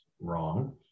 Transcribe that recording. wrong